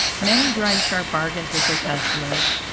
men who drive sharp bargains with their customers,